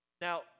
Now